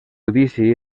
judici